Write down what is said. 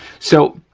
so,